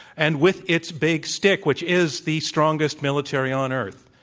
and with its big stick, which is the strongest military on earth,